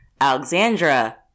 alexandra